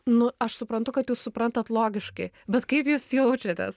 nu aš suprantu kad jūs suprantat logiškai bet kaip jūs jaučiatės